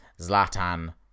Zlatan